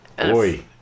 Oi